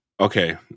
Okay